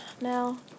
Now